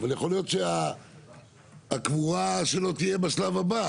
אבל יכול להיות שהקבורה שלו תהיה בשלב הבא.